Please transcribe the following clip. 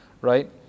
right